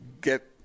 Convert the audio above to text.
get